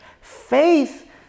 faith